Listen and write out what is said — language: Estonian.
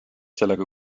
sellega